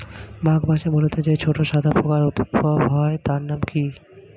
মাঘ মাসে মূলোতে যে ছোট সাদা পোকার উপদ্রব হয় তার নাম কি?